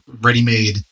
ready-made